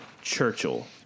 Churchill